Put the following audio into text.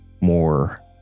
more